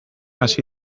hasi